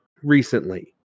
recently